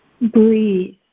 Breathe